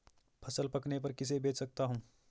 फसल पकने पर किसे बेच सकता हूँ?